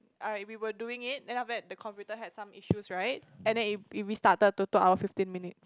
uh we were doing it then after that the computer had some issues right and then it it restarted to two hour fifteen minutes